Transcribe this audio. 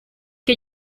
que